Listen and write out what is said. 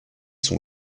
sont